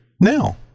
now